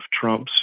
Trump's